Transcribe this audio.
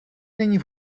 není